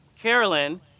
Carolyn